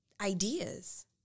ideas